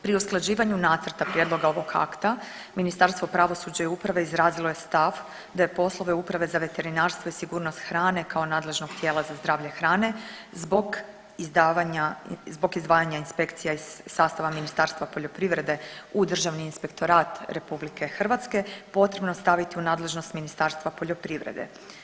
Pri usklađivanju nacrta prijedloga ovog akta Ministarstvo pravosuđa i uprave izrazilo je stav da je poslove Uprave za veterinarstvo i sigurnost hrane kao nadležnog tijela za zdravlje hrane zbog izdvajanja inspekcija iz sastava Ministarstva poljoprivrede u Državni inspektorat RH potrebno staviti u nadležnost Ministarstva poljoprivrede.